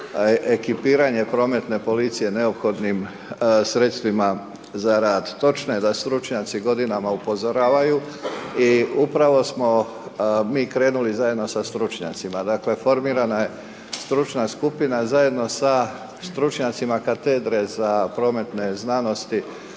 ekipiranje prometne policije neophodnim sredstvima za rad. Točno je da stručnjaci godinama upozoravaju i upravo smo mi krenuli zajedno sa stručnjacima. Dakle, formirana je stručna skupina, zajedno sa stručnjacima katedre za prometne znanosti,